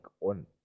on